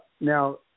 now